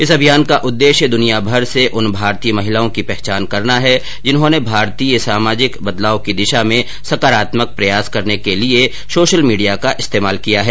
इस अभियान का उद्देश्य दुनिया भर से उन भारतीय महिलाओं की पहचान करना है जिन्होंने सामाजिक बदलाव की दिशा में सकारात्मक प्रयास करने के लिए सोशल मीडिया का इस्तेंमाल किया है